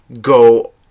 go